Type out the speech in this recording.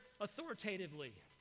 authoritatively